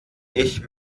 ich